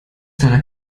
deiner